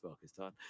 Pakistan